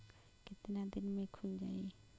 कितना दिन में खुल जाई?